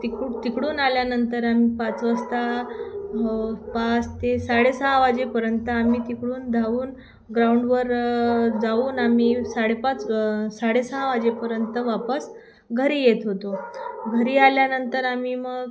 तिकड तिकडून आल्यानंतर आम्ही पाच वाजता पाच ते साडेसहा वाजेपर्यंत आम्ही तिकडून धावून ग्राउंडवर जाऊन आम्ही साडेपाच साडेसहा वाजेपर्यंत वापस घरी येत होतो घरी आल्यानंतर आम्ही मग